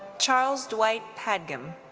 charlies dwight padgham.